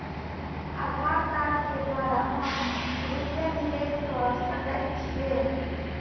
आधार कार्ड केँ द्वारा हम रूपया निवेश कऽ सकैत छीयै?